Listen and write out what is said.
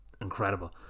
incredible